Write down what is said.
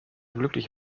glücklich